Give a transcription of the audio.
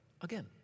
again